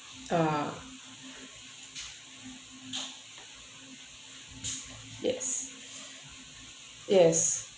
ah yes yes